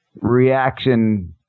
reaction